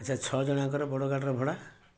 ଆଚ୍ଛା ଛଅ ଜଣିଆଙ୍କର ବଡ଼ ଗାଡ଼ିର ଭଡ଼ା